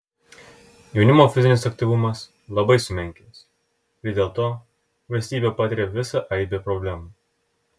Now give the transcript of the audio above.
jaunimo fizinis aktyvumas labai sumenkęs ir dėl to valstybė patiria visą aibę problemų